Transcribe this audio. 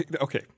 okay